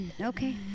Okay